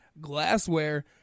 glassware